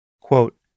Quote